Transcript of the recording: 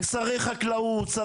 שרי חקלאות,